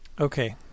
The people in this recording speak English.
Okay